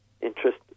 interest